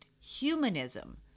humanism